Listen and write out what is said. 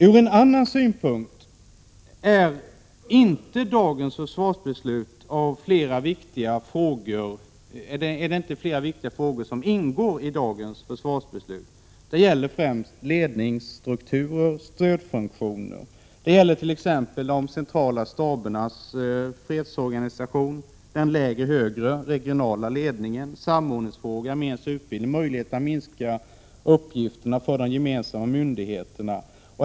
Ur en annan synpunkt är det flera viktiga frågor som inte ingår i dagens försvarsbeslut. Det gäller främst ledningsstrukturer och stödfunktioner. Det gäller t.ex. de centrala stabernas fredsorganisation, den lägre/högre regionala ledningen, samordningsfrågor, gemensam utbildning och möjligheter att minska antalet uppgifter för de gemensamma myndigheterna.